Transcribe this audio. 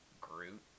Groot